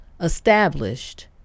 established